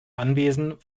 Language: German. anwesen